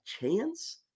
chance